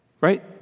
Right